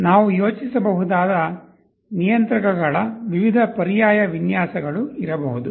ನಾವು ಯೋಚಿಸಬಹುದಾದ ನಿಯಂತ್ರಕಗಳ ವಿವಿಧ ಪರ್ಯಾಯ ವಿನ್ಯಾಸಗಳು ಇರಬಹುದು